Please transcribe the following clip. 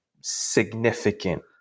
significant